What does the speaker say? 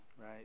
right